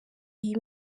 iyi